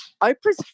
oprah's